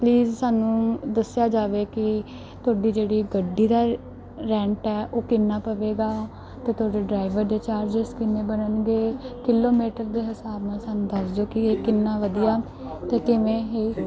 please ਸਾਨੂੰ ਦੱਸਿਆ ਜਾਵੇ ਕਿ ਤੁਹਾਡੀ ਜਿਹੜੀ ਗੱਡੀ ਦਾ ਰੈਂਟ ਹੈ ਉਹ ਕਿੰਨਾ ਪਵੇਗਾ ਅਤੇ ਤੁਹਾਡੇ ਡਰਾਈਵਰ ਦੇ ਚਾਰਜਸ ਕਿੰਨੇ ਬਣਨਗੇ ਕਿਲੋਮੀਟਰ ਦੇ ਹਿਸਾਬ ਨਾਲ ਸਾਨੂੰ ਦੱਸ ਦਿਓ ਕਿ ਇਹ ਕਿੰਨਾ ਵਧੀਆ ਅਤੇ ਕਿਵੇਂ ਹੀ